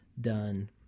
done